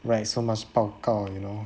write so much 报告 you know